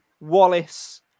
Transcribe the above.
Wallace